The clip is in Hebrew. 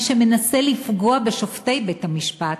מי שמנסה לפגוע בשופטי בית-המשפט,